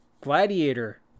gladiator